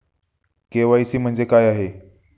KYC म्हणजे काय आहे?